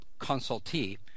consultee